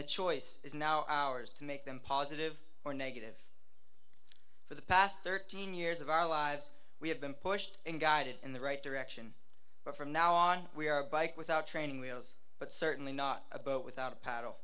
the choice is now ours to make them positive or negative for the past thirteen years of our lives we have been pushed and guided in the right direction but from now on we are a bike without training wheels but certainly not a boat without a paddle